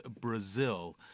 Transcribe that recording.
brazil